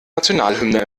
nationalhymne